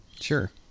Sure